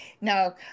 no